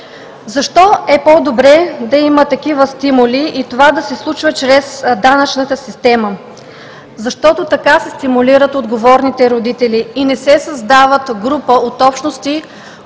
Защо е по-добре да има такива стимули и това да се случва чрез данъчната система? Защото така се стимулират отговорните родители и не се създават групи от общности,